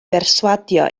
berswadio